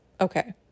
okay